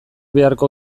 beharko